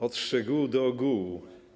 Od szczegółu do ogółu.